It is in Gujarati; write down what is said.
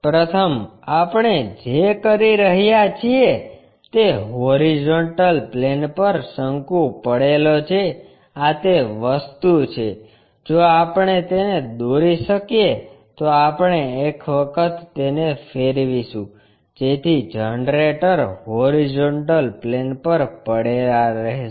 પ્રથમ આપણે જે કરી રહ્યા છીએ તે હોરીઝોન્ટલ પ્લેન પર શંકુ પડેલો છે આ તે વસ્તુ છે જો આપણે તેને દોરી શકીએ તો આપણે એક વખત તેને ફેરવિશું જેથી જનરેટર હોરીઝોન્ટલ પ્લેન પર પડેલા રહેશે